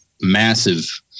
massive